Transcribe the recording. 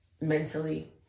mentally